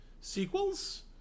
sequels